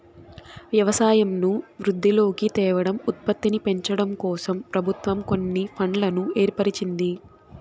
వ్యవసాయంను వృద్ధిలోకి తేవడం, ఉత్పత్తిని పెంచడంకోసం ప్రభుత్వం కొన్ని ఫండ్లను ఏర్పరిచింది